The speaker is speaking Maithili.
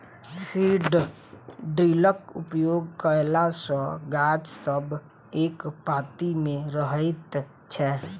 सीड ड्रिलक उपयोग कयला सॅ गाछ सब एक पाँती मे रहैत छै